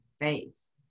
face